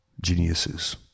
Geniuses